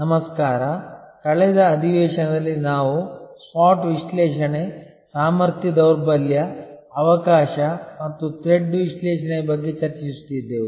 ನಮಸ್ಕಾರ ಕಳೆದ ಅಧಿವೇಶನದಲ್ಲಿ ನಾವು SWOT ವಿಶ್ಲೇಷಣೆ ಸಾಮರ್ಥ್ಯ ದೌರ್ಬಲ್ಯ ಅವಕಾಶ ಮತ್ತು ಥ್ರೆಡ್ ವಿಶ್ಲೇಷಣೆಯ ಬಗ್ಗೆ ಚರ್ಚಿಸುತ್ತಿದ್ದೆವು